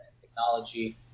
technology